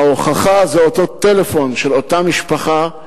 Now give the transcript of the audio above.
וההוכחה זה אותו טלפון של אותה משפחה,